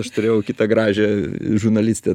aš turėjau kitą gražią žurnalistę